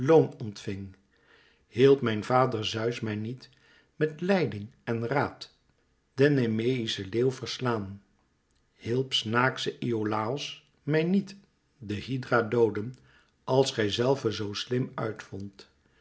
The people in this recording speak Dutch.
hielp mijn vader zeus mij niet met leiding en raad den nemeïschen leeuw verslaan hielp snaaksche iolàos mij niet de hydra dooden als gij zelve zoo slim uit vondt